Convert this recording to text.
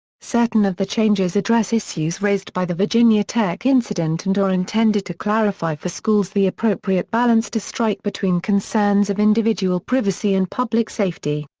certain of the changes address issues raised by the virginia tech incident and are intended to clarify for schools the appropriate balance to strike between concerns of individual privacy and public safety.